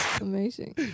Amazing